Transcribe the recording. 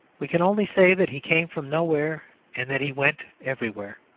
we can only say that he came from nowhere and that he went everywhere.